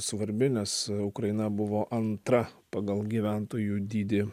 svarbi nes ukraina buvo antra pagal gyventojų dydį